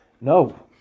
No